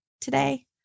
today